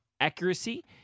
accuracy